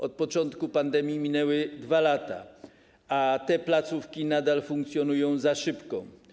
Od początku pandemii minęły 2 lata, a te placówki nadal funkcjonują za szybką.